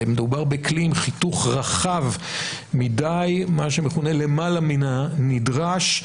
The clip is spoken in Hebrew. מדובר בכלי עם חיתוך רחב מדי, למעלה מן הנדרש,